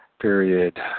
period